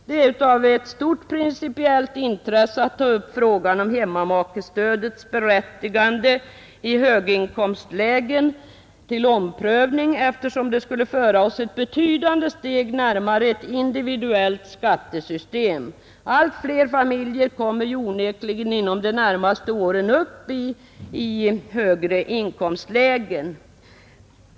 Det är av ett stort principiellt intresse att ta upp frågan om hemmamakestödets berättigande i höginkomstlägen till omprövning, eftersom det skulle föra oss ett betydande steg närmare ett individuellt skattesystem. Allt fler familjer kommer onekligen inom de närmaste åren upp i högre inkomstlägen.